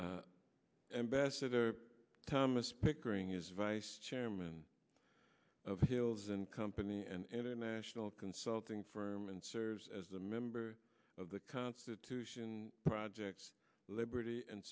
past ambassador thomas pickering is chairman of hills and company and international consulting firm and serves as a member of the constitution project liberty and